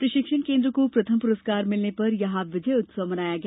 प्रशिक्षण केंद्र को प्रथम पुरस्कार मिलने पर यहां विजय उत्सव मनाया गया